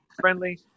friendly